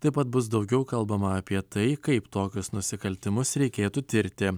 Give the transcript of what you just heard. taip pat bus daugiau kalbama apie tai kaip tokius nusikaltimus reikėtų tirti